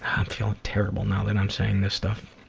i'm felling terrible now that i'm saying this stuff.